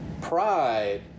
Pride